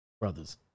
brothers